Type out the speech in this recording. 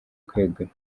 kwegura